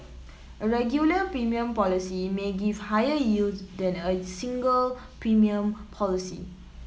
a regular premium policy may give higher yield than a single premium policy